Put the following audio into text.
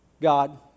God